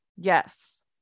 Yes